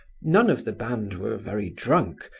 none of the band were very drunk,